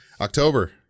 October